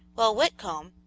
while whitcomb,